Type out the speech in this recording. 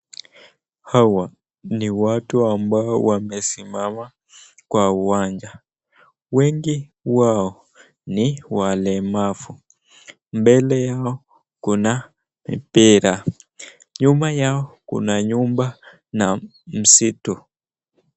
Hawa ni watu ambao wamesimama kwa uwanja. Wengi wao ni walemavu. Mbele yao kuna mipira. Nyuma yao kuna nyumba na msitu.